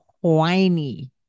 whiny